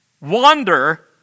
Wander